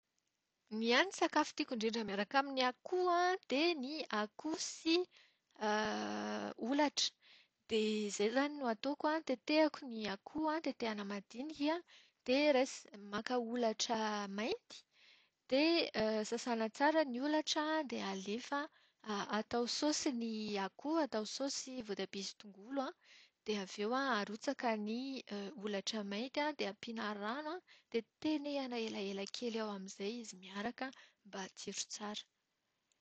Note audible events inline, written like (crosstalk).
Ny ahy ny sakafo tiako indrindra miaraka amin'ny akoho an, dia ny akoho sy (hesitation) olatra. Dia izay izany no ho ataoko. Tetehiko ny akoho an, tetehina madinika. Dia raisi- maka olatra mainty, dia (hesitation) sasana tsara ny olatra dia alefa atao saosy ny akoho. Atao saosy voatabia sy tongolo an, dia avy eo arotsaka ny olatra mainty an dia ampiana rano, dia tenehana elaela kely eo amin'izay izy miaraka, mba hatsiro tsara.